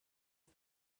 ist